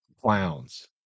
clowns